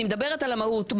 אני מדברת על המהות.